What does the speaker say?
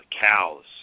cows